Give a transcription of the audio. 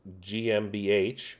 GmbH